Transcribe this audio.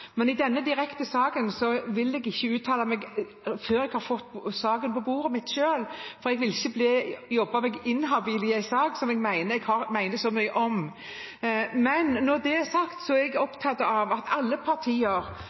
Men i denne direkte saken vil jeg ikke uttale meg før jeg har fått saken på mitt bord, for jeg vil ikke jobbe meg inhabil i en sak jeg mener så mye om. Når det er sagt, er jeg opptatt av at alle partier bør ha veldig god kontakt med sine lokalt, at vi ikke står og sier noe i salen her og gjør